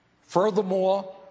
Furthermore